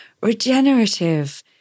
regenerative